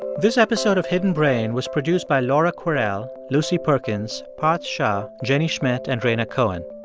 this episode of hidden brain was produced by laura kwerel, lucy perkins, parth shah, jenny schmidt and rhaina cohen.